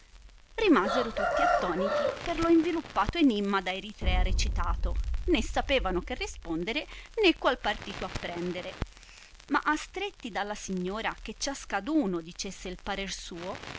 rimasero tutti attoniti per lo inviluppato enimma da eritrea recitato né sapevano che rispondere né qual partito apprendere ma astretti dalla signora che ciascaduno dicesse il parer suo